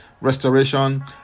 restoration